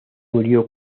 murió